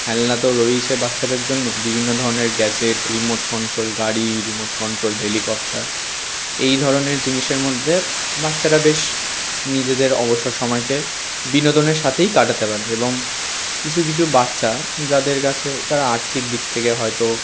খেলনা তো রয়েইছে বাচ্চাদের জন্য বিভিন্ন ধরনের গ্যাজেট রিমোট কন্ট্রোল গাড়ি রিমোট কন্ট্রোল হেলিকপ্টার এই ধরনের জিনিসের মধ্যে বাচ্চারা বেশ নিজেদের অবসর সময়কে বিনোদনের সাথেই কাটাতে পারবে এবং কিছু কিছু বাচ্চা যাদের কাছে যারা আর্থিক দিক থেকে হয়তো